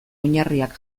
oinarriak